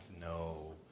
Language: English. no